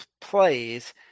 plays –